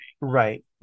Right